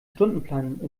stundenplan